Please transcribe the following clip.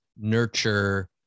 nurture